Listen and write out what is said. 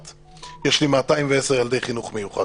יש לי 210 ילדי חינוך מיוחד